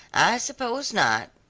i suppose not.